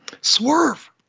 Swerve